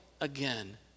again